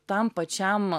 tam pačiam